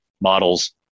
models